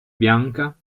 bianca